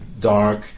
dark